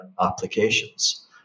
applications